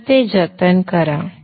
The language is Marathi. तर ते जतन करा